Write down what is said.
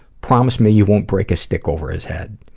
promise me you won't break a stick over his head.